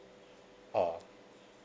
oh